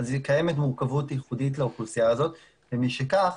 קיימת מורכבות ייחודית לאוכלוסייה הזאת ומשום כך